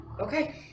okay